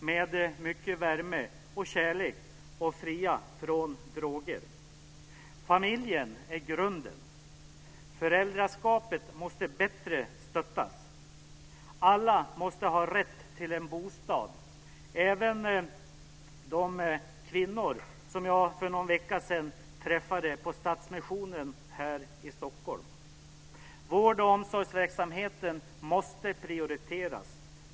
Det ska vara mycket värme och kärlek, och det ska vara fritt från droger. Familjen är grunden. Föräldraskapet måste stöttas bättre. Alla måste ha rätt till en bostad - även de kvinnor som jag träffade för någon vecka sedan på Stadsmissionen här i Stockholm. Vård och omsorgsverksamheten måste prioriteras.